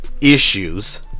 issues